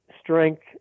strength